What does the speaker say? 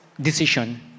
decision